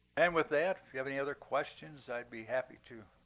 and with that, if you have any other questions, i'd be happy to